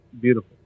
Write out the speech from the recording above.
beautiful